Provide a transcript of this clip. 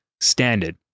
standard